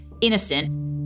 innocent